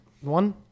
One